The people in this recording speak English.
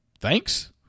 Thanks